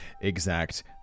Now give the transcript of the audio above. exact